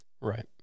Right